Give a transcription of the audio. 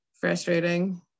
frustrating